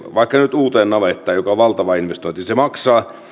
vaikka nyt uuteen navettaan joka on valtava investointi maksaa